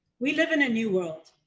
we live in a new world.